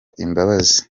imbabazi